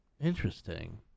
Interesting